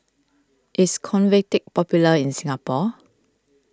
is Convatec popular in Singapore